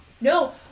No